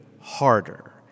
harder